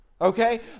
Okay